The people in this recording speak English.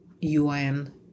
UN